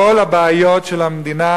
כל הבעיות של המדינה,